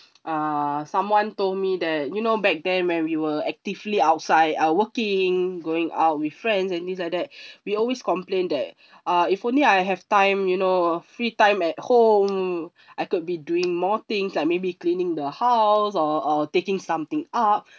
err someone told me that you know back then when we were actively outside uh working going out with friends and things like that we always complain that uh if only I have time you know free time at home I could be doing more things like may be cleaning the house or or taking something up